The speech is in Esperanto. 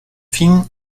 vin